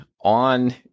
on